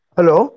Hello